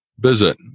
Visit